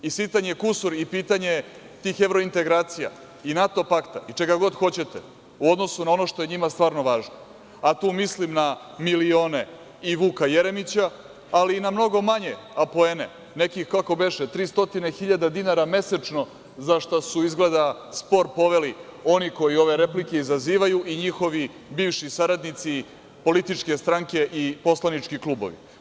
Sitan je kusur i pitanje tih evrointegracija i NATO pakta i čega god hoćete u odnosu na ono što je njima stvarno važno, a tu mislim na milione i Vuka Jeremića, ali i na mnogo manje apoene nekih, kako beše, 300 hiljada dinara mesečno, zašta su izgleda spor poveli oni koji ove replike izazivaju i njihovi bivši saradnici političke stranke i poslanički klubovi.